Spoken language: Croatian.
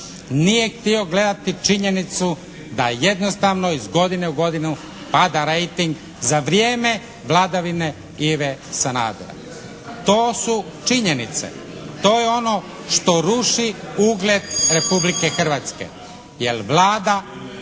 Nije htio gledati činjenicu da jednostavno iz godine u godinu pada rejting za vrijeme vladavine Ive Sanadera. To su činjenice. To je ono što ruši ugled Republike Hrvatske.